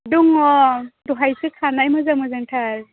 दङ दहायसो खानाय मोजां मोजांथार